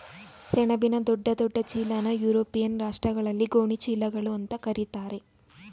ಸೆಣಬಿನ ದೊಡ್ಡ ದೊಡ್ಡ ಚೀಲನಾ ಯುರೋಪಿಯನ್ ರಾಷ್ಟ್ರಗಳಲ್ಲಿ ಗೋಣಿ ಚೀಲಗಳು ಅಂತಾ ಕರೀತಾರೆ